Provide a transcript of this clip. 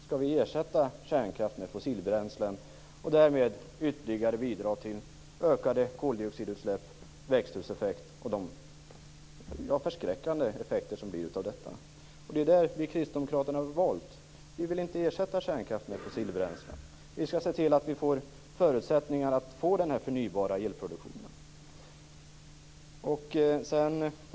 Skall vi ersätta kärnkraft med fossilbränslen och därmed ytterligare bidra till ökade koldioxidutsläpp, växthuseffekt och de förskräckande effekter som blir av detta? Det är där vi kristdemokrater gjort ett val. Vi vill inte ersätta kärnkraften med fossilbränslen. Vi skall se till att vi får förutsättningar att få en förnybar elproduktion.